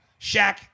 Shaq